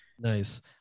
Nice